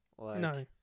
No